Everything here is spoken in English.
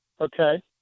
Okay